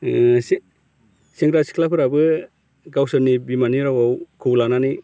ओ एसे सेंग्रा सिख्लाफोराबो गावसोरनि बिमानि रावखौ लानानै